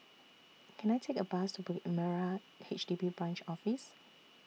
Can I Take A Bus to Bukit Merah H D B Branch Office